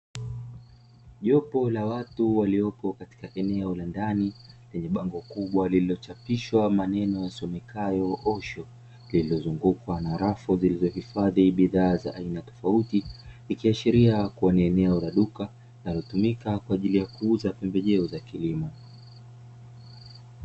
Jopo la watu waliopo katika eneo la ndani lenye bango kubwa lililochapishwa maneno yasomekayo "Osho" lililozungukwa na rafu zilizohifadhi bidhaa za aina tofauti, ikiashiria kuwa ni eneo la duka linalotumika kwa ajili ya kuuza pembejeo za kilimo.